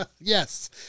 Yes